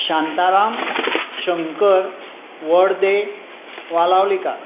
Shantaram Shankar Varde Walawalikar